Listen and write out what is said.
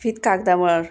फित कागदावर